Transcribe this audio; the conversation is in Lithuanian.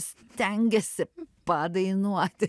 stengiasi padainuoti